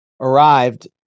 arrived